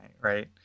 right